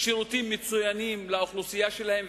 שירותים מצוינים לאוכלוסייה שלהן,